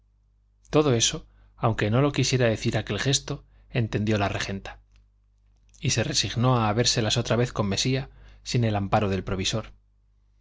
todo eso aunque no lo quisiera decir aquel gesto entendió la regenta y se resignó a habérselas otra vez con mesía sin el amparo del provisor